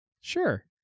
sure